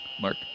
Mark